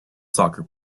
soccer